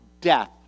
death